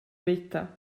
veta